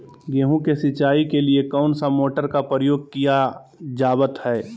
गेहूं के सिंचाई के लिए कौन सा मोटर का प्रयोग किया जावत है?